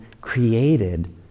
created